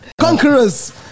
conquerors